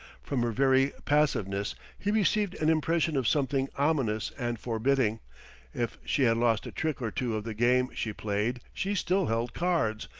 from her very passiveness he received an impression of something ominous and forbidding if she had lost a trick or two of the game she played, she still held cards,